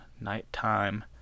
Nighttime